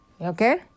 Okay